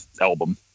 album